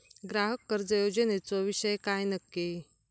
ग्राहक कर्ज योजनेचो विषय काय नक्की?